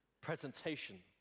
presentation